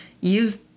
use